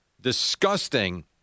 Disgusting